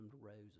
roses